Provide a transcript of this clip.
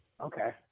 Okay